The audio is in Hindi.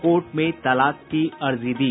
कोर्ट में तलाक की अर्जी दी